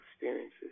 experiences